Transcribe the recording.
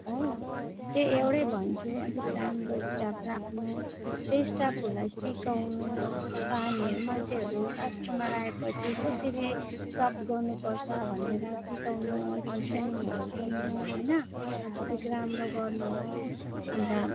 हो त्यही एउटै भन्छु अलिकति राम्रो स्टाफ राख्नु त्यो स्टाफहरूलाई सिकाउनु पानीहरू मान्छेहरू कस्टमर आए पछि कसरी सर्भ्ड गर्नु पर्छ भनेर सिकाउनु अलिक ट्रेनिङहरू दिनु होइन अलिक राम्रो गर्नु होस् अन्त